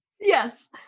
yes